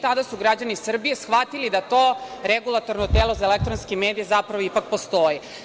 Tada su građani Srbije shvatili da to Regulatorno telo za elektronske medije zapravo postoji.